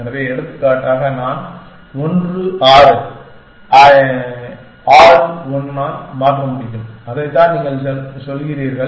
எனவே எடுத்துக்காட்டாக நான் 1 6 ஐ 6 1 ஆல் மாற்ற முடியும் அதைத்தான் நீங்கள் சொல்கிறீர்கள்